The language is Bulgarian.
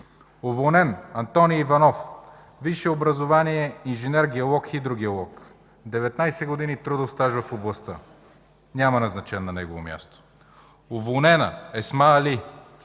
Уволнен: Антони Иванов. Висше образование – инженер геолог-хидрогеолог, 19 години трудов стаж в областта. Няма назначен на негово място. Уволнена: Есма Али.